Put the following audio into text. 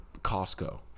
Costco